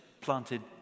planted